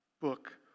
book